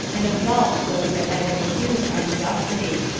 and absolved those that had been accused unjustly.